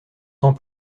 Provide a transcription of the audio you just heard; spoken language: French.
sans